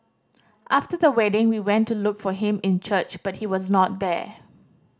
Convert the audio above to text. after the wedding we went to look for him in church but he was not there